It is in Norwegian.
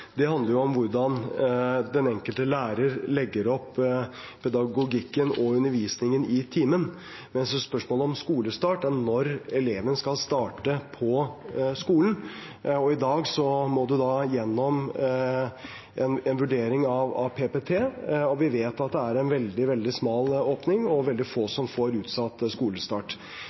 metodefrihet handler om hvordan den enkelte lærer legger opp pedagogikken og undervisningen i timen, mens spørsmålet om skolestart gjelder når eleven skal starte på skolen. I dag må man gjennom en vurdering av PPT, og vi vet at det er en veldig smal åpning og veldig få som får utsatt skolestart.